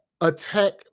attack